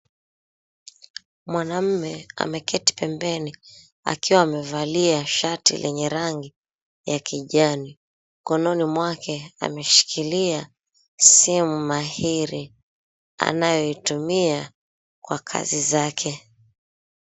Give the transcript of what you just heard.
Mwanaume ameketi pembeni akiwa amevalia shati lenye rangi ya kijani. Mkononi mwake ameshikilia simu mahiri anayoitumia kwa kazi zake.